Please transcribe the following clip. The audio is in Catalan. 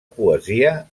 poesia